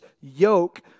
yoke